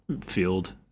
field